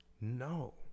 No